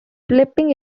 slipping